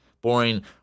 Boring